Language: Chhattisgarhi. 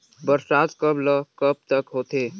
बरसात कब ल कब तक होथे?